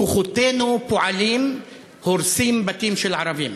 כוחותינו פועלים, הורסים בתים של ערבים.